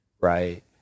Right